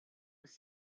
was